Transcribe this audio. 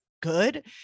good